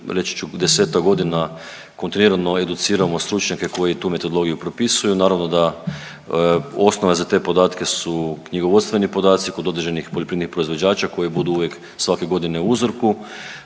reći ću 10-ak godina kontinuirano educiramo stručnjake koji tu metodologiju propisuju. Naravno, da osnova za te podatke su knjigovodstveni podaci kod određenih poljoprivrednih proizvođača koji budu svake godine u uzorku.